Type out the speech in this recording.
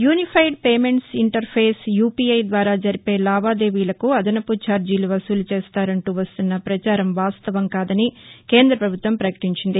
unified payments interface UPI ద్వారా జరిపే లావాదేవీలకు అదనపు ఛార్జీలు వసూలు చేస్తారంటూ వస్తున్న పచారం వాస్తవం కాదని కేంద పభుత్వం పకటించింది